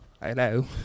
Hello